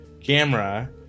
camera